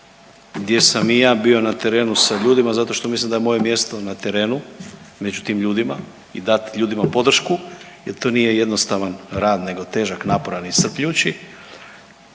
gdje sam i ja bio na terenu sa ljudima zato što mislim da je moje mjesto na terenu među tim ljudima i dat ljudima podršku, jer to nije jednostavan rad, nego težak, naporan i iscrpljujući